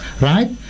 right